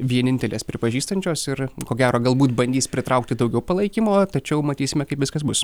vienintelės pripažįstančios ir ko gero galbūt bandys pritraukti daugiau palaikymo tačiau matysime kaip viskas bus